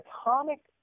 atomic